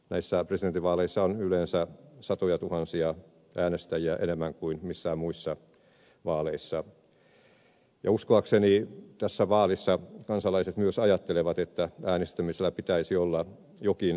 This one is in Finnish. näissä presidentinvaaleissa on yleensä satojatuhansia äänestäjiä enemmän kuin missään muissa vaaleissa ja uskoakseni tässä vaalissa kansalaiset myös ajattelevat että äänestämisellä pitäisi olla jokin merkitys